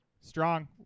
Strong